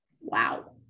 Wow